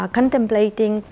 Contemplating